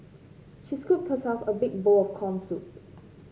she scooped herself a big bowl of corn soup